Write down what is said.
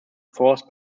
force